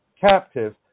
captive